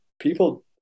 people